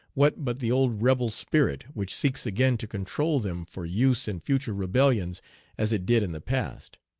what but the old rebel spirit, which seeks again to control them for use in future rebellions as it did in the past.